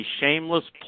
shameless